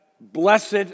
blessed